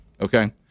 Okay